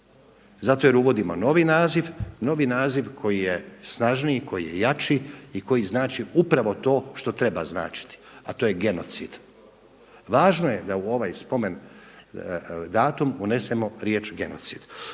zato jer uvodimo novi naziv, novi naziv koji je snažniji koji je jači i koji znači upravo to što treba značiti, a to je genocid. Važno je da ovaj datum unesemo riječ genocid.